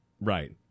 Right